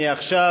מעכשיו,